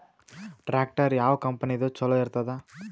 Tractor ಯಾವ ಕಂಪನಿದು ಚಲೋ ಇರತದ?